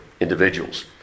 individuals